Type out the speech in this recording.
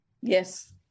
Yes